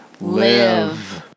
live